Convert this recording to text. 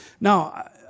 Now